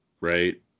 right